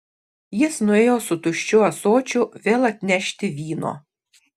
jis nuėjo su tuščiu ąsočiu vėl atnešti vyno